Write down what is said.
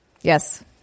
yes